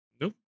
Nope